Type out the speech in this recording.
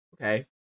Okay